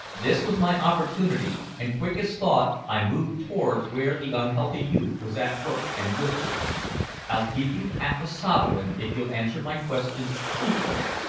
this was my opportunity, and quick as thought i moved towards where the unhealthy youth was at work, and whispered i'll give you half-a-sovereign if you'll answer my questions truthfully.